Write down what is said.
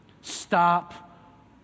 Stop